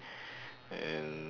and